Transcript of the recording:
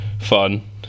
fun